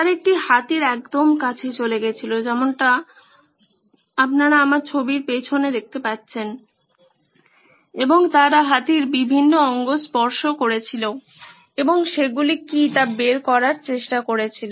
তারা একটি হাতির একদম কাছে চলে গেছিল যেমনটা আপনারা আমার পেছনে দেখতে পাচ্ছেন এবং তারা হাতির বিভিন্ন অঙ্গ স্পর্শ করেছিল এবং সেগুলো কি তা বের করার চেষ্টা করেছিল